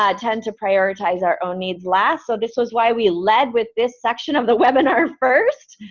ah tend to prioritize our own needs last, so this was why we led with this section of the webinar first.